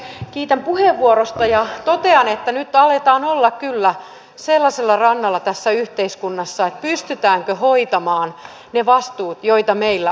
kiitän puheenvuorosta ja totean että nyt aletaan kyllä olla sellaisella rannalla tässä yhteiskunnassa että pystytäänkö hoitamaan ne vastuut joita meillä on